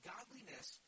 Godliness